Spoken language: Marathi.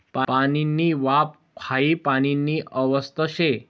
पाणीनी वाफ हाई पाणीनी अवस्था शे